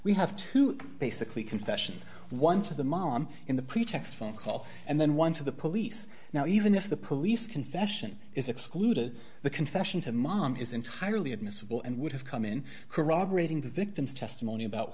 we have to basically confessions one to the mom in the pretext phone call and then one to the police now even if the police confession is excluded the confession to mom is entirely admissible and would have come in corroborating the victim's testimony about